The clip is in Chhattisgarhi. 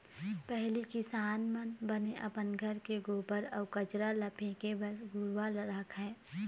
पहिली किसान मन बने अपन घर के गोबर अउ कचरा ल फेके बर घुरूवा रखय